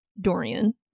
Dorian